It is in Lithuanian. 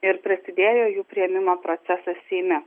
ir prasidėjo jų priėmimo procesas seime